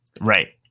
Right